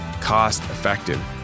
cost-effective